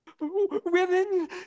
Women